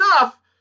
enough